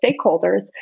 stakeholders